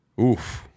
oof